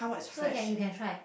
so you can you can try